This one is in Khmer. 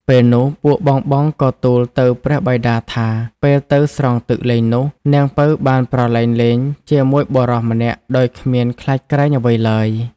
ពេលនោះ ពួកបងៗក៏ទូលទៅព្រះបិតាថា ពេលទៅស្រង់ទឹកលេងនោះ នាងពៅបានប្រឡែងលេងជាមួយបុរសម្នាក់ដោយគ្មានខ្លាចក្រែងអ្វីឡើយ។